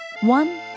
One